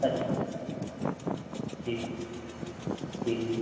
अच्छा जी जी जी